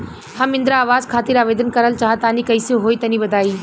हम इंद्रा आवास खातिर आवेदन करल चाह तनि कइसे होई तनि बताई?